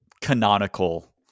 canonical